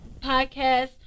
podcast